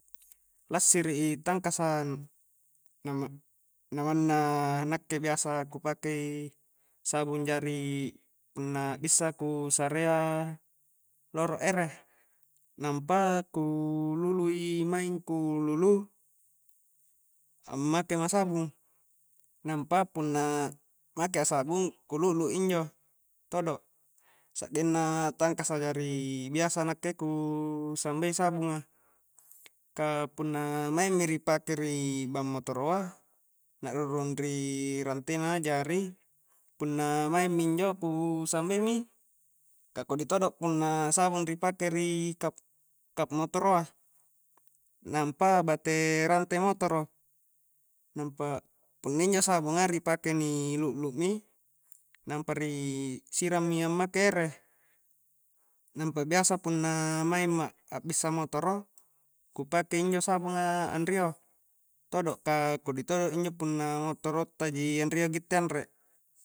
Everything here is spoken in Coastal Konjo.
Lassiri i tangkasa na ma-na manna nakke biasa ku pakei sabung jari punna bissa ku sarea rolo ere nampa ku lului maing ku lulu a'make ma sabung nampa punna makea sabung ku lu'lui injo todo' sa'genna tangkasa jari biasa nakke ku sambei sabunga ka punna maing mi ri pake ri bang motoroa na rurung ri rantena jari punna maingmi injo ku sambei mi ka kodi todo' punna sabung ri pake ri kap-kap motoroa nampa bate rante motoro' nampa punna injo sabunga ri pake ni lu'lu mi nampa ri sirangmi ammake ere nampa biasa punna maing ma a'bissa motoro ku pake injo sabunga anrio todo' ka kodi todo' injo ka punna motoro ta ji anrio gitte anre.